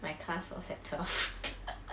my class was at twelve